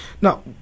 Now